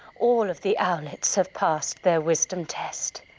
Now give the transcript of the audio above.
all of the owlets have passed their wisdom test.